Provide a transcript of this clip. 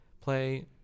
play